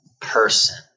person